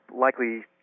likely